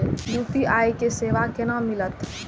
UPI के सेवा केना मिलत?